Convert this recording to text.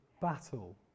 battle